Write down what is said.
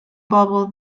bobol